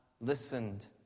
listened